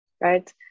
right